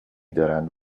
دارند